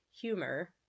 humor